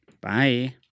Bye